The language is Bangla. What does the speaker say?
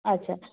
আচ্ছা